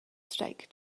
stake